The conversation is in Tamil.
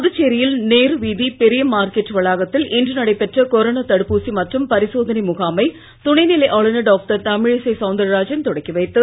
புதுச்சேரியில் நேரு வீதீ பெரிய மார்க்கெட் வளாகத்தில் இன்று நடைபெற்ற கொரோனா தடுப்பூசி மற்றும் பரிசோதனை முகாமை துணைநிலை ஆளுநர் டாக்டர் தமிழிசை சவுந்தரராஜன் தொடக்கி வைத்தார்